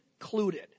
included